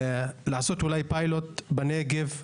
לעשות אולי פיילוט בנגב,